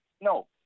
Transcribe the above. No